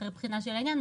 אחרי בחינה של העניין,